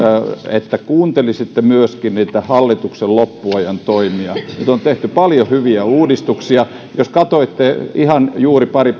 että kuuntelisitte myöskin niitä hallituksen loppuajan toimia nyt on tehty paljon hyviä uudistuksia jos ihan juuri pari